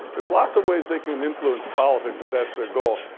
there's lots of ways they can influence politics if that's their goal.